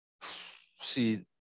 See